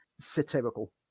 satirical